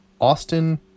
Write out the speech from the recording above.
Austin